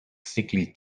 sickly